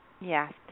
Yes